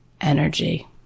energy